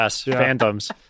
Phantoms